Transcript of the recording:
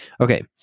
okay